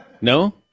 No